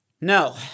No